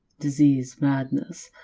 disease, madness,